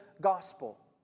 gospel